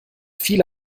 viele